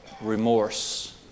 Remorse